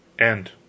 End